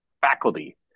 faculty